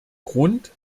grund